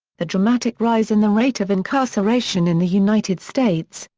the dramatic rise in the rate of incarceration in the united states,